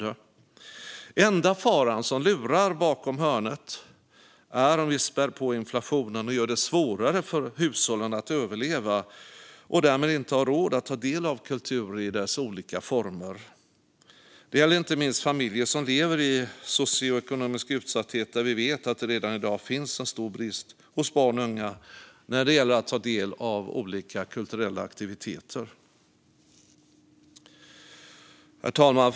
Den enda faran som lurar bakom hörnet är om vi spär på inflationen och gör det svårare för hushållen att överleva, så att de därmed inte har råd att ta del av kultur i olika former. Det gäller inte minst familjer som lever i socioekonomisk utsatthet, där vi vet att det redan i dag finns en stor brist hos barn och unga när det gäller att ta del av olika kulturella aktiviteter. Fru talman!